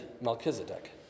Melchizedek